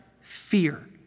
fear